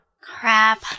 Crap